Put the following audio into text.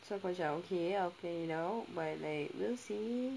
so aku macam okay I'll play it out like we'll see